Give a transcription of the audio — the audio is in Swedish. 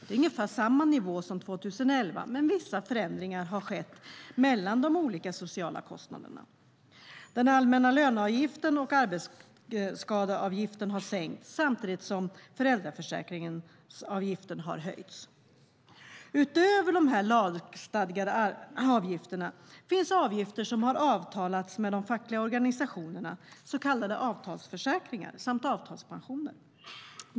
Det är ungefär samma nivå som för 2011, men vissa förändringar har skett mellan de olika sociala kostnaderna. Den allmänna löneavgiften och arbetsskadeavgiften har sänkts samtidigt som föräldraförsäkringsavgiften har höjts. Utöver de lagstadgade avgifterna finns avgifter som har avtalats med de fackliga organisationerna, så kallade avtalsförsäkringar samt avtalspensioner.